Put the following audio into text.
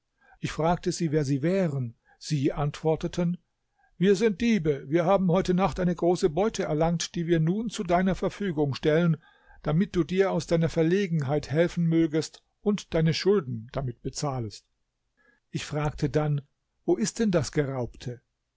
ich fragte sie wer sie wären sie antworteten wir sind diebe haben heute nacht eine große beute erlangt die wir nun zu deiner verfügung stellen damit du dir aus deiner verlegenheit helfen mögest und deine schulden damit bezahlest ich fragte dann wo ist denn das geraubte